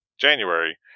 January